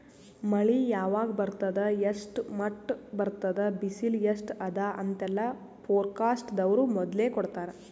ಮಳಿ ಯಾವಾಗ್ ಬರ್ತದ್ ಎಷ್ಟ್ರ್ ಮಟ್ಟ್ ಬರ್ತದ್ ಬಿಸಿಲ್ ಎಸ್ಟ್ ಅದಾ ಅಂತೆಲ್ಲಾ ಫೋರ್ಕಾಸ್ಟ್ ದವ್ರು ಮೊದ್ಲೇ ಕೊಡ್ತಾರ್